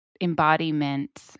embodiment